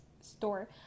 store